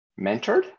mentored